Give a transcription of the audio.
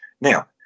now